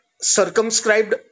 circumscribed